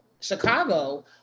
Chicago